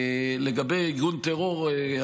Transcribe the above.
לגבי ארגון טרור,